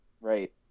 right